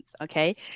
Okay